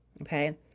okay